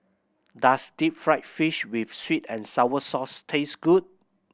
does deep fried fish with sweet and sour sauce taste good